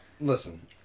listen